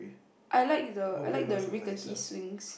I like the I like the rickety swings